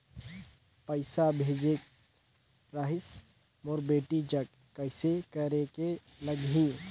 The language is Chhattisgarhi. पइसा भेजेक रहिस मोर बेटी जग कइसे करेके लगही?